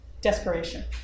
desperation